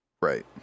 Right